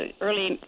Early